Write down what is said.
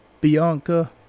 Bianca